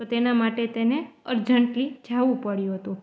તો તેના માટે તેને અર્જન્ટલી જવું પડ્યું હતું